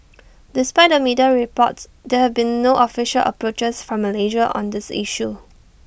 despite the media reports there have been no official approaches from Malaysia on this issue